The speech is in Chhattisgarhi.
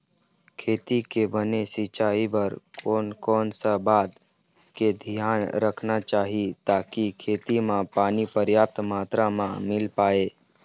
खेती के बने सिचाई बर कोन कौन सा बात के धियान रखना चाही ताकि खेती मा पानी पर्याप्त मात्रा मा मिल पाए?